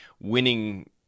winning